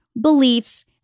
beliefs